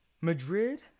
Madrid